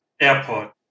airport